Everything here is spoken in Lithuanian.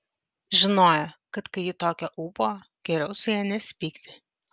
žinojo kad kai ji tokio ūpo geriau su ja nesipykti